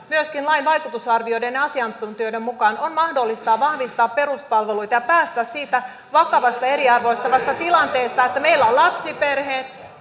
myöskin lain vaikutusarvioiden ja asiantuntijoiden mukaan on mahdollista vahvistaa peruspalveluita ja päästä siitä vakavasta eriarvoistavasta tilanteesta että meillä lapsiperheet